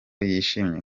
yishimiye